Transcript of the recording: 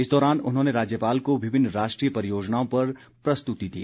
इस दौरान उन्होंने राज्यपाल को विभिन्न राष्ट्रीय परियोजनाओं पर प्रस्तुति दी